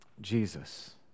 Jesus